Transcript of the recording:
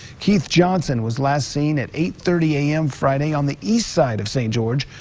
keith johnson was last seen at eight thirty a m. friday on the east side of st. george.